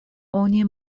oni